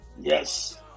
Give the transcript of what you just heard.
Yes